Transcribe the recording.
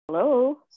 Hello